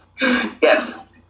yes